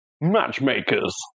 Matchmakers